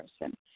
person